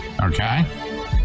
Okay